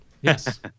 Yes